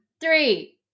Three